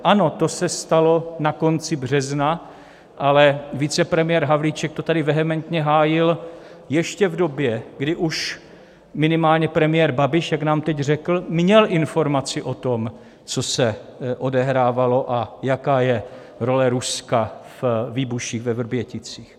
Ano, to se stalo na konci března, ale vicepremiér Havlíček to tady vehementně hájil ještě v době, když už minimálně premiér Babiš, jak nám teď řekl, měl informaci o tom, co se odehrávalo a jaká je role Ruska ve výbuších ve Vrběticích.